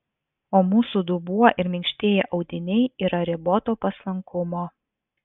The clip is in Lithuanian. o mūsų dubuo ir minkštieji audiniai yra riboto paslankumo